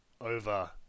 over